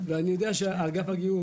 ואני יודע שאגף הגיור,